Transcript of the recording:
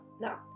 no